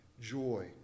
joy